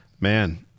Man